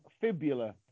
fibula